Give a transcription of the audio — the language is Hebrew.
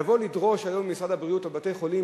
לבוא לדרוש היום ממשרד הבריאות או מבתי-חולים